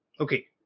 Okay